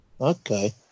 Okay